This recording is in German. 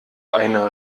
eine